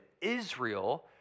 Israel